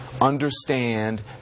understand